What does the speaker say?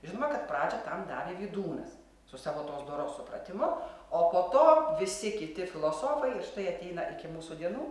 žinoma kad pradžią tam davė vydūnas su savo tos doros supratimu o po to visi kiti filosofai ir štai ateina iki mūsų dienų